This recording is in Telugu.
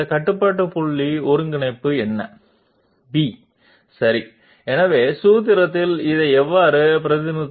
కానీ ఈ కంట్రోల్ పాయింట్స్ లొకేషన్ ద్వారా ఇది ఎల్లప్పుడూ ప్రభావితమవుతుంది ఇప్పుడు ఈ నిర్దిష్ట కర్వ్ ఫార్ములా ని చూద్దాం